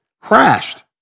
Crashed